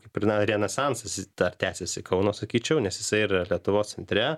kaip ir na renesansas jis dar tęsiasi kauno sakyčiau nes jisai ir yra lietuvos centre